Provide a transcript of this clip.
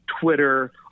Twitter